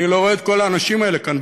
אני לא רואה את כל האנשים האלה כאן.